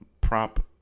prop